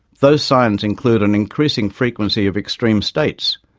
those signs include an increasing frequency of extreme states,